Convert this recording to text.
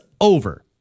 over